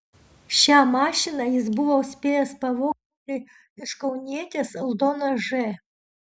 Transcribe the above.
šią mašiną jis buvo spėjęs pavogti iš kaunietės aldonos ž